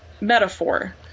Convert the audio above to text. metaphor